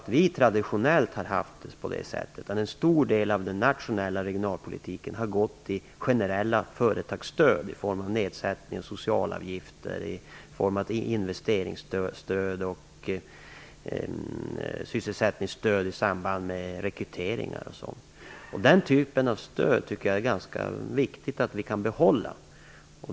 Traditionellt har vi haft det på det sättet att en stor del av den nationella regionalpolitiken har gått till generella företagsstöd i form av nedsättning av socialavgifter, i form av investeringsstöd, sysselsättningsstöd i samband med rekryteringar m.m. Den typen av stöd tycker jag att det är ganska viktigt att vi kan behålla.